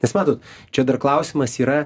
nes matot čia dar klausimas yra